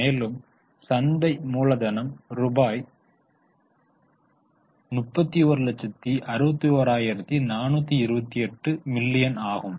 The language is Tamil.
மேலும் சந்தை மூலதனம் ரூபாய் 3161428 மில்லியன் ஆகும்